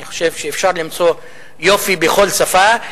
אני חושב שאפשר למצוא יופי בכל שפה,